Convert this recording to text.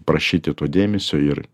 prašyti to dėmesio ir